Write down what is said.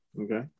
okay